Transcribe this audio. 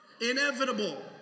Inevitable